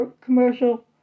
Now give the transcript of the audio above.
commercial